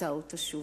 אתה עוד תשוב.